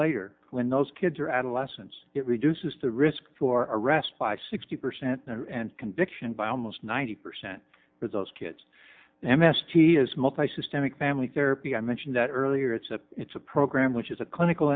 later when those kids are adolescents it reduces the risk for arrest by sixty percent and conviction by almost ninety percent for those kids m s t has multi system a family therapy i mentioned that earlier it's a it's a program which is a clinical